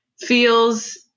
feels